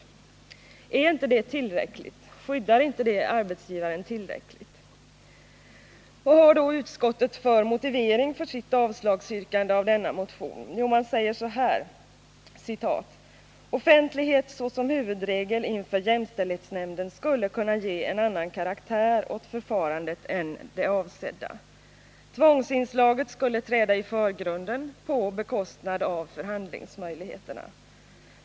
Är inte det tillräckligt? Skyddar inte detta arbetsgivaren tillräckligt? Vad har då utskottet för motivering för sitt yrkande om avslag på denna motion? Jo, utskottet säger så här: ”Offentlighet såsom huvudregel inför jämställdhetsnämnden skulle kunna ge en annan karaktär åt förfarandet än det avsedda. Tvångsinslaget skulle träda i förgrunden på bekostnad av förhandlingsmöjligheterna.